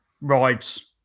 rides